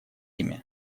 ими